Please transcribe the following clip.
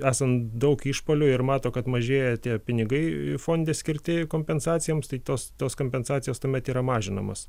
esant daug išpuolių ir mato kad mažėja tie pinigai fonde skirti kompensacijoms tai tos tos kompensacijos tuomet yra mažinamos